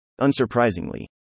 Unsurprisingly